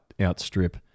outstrip